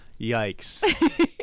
Yikes